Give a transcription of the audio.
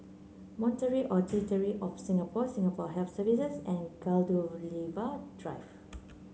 Monetary Authority Of Singapore Singapore Health Services and Gladiola Drive